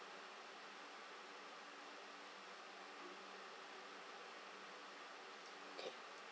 okay